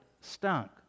stunk